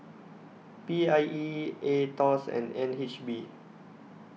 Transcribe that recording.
P I E Aetos and N H B